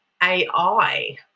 AI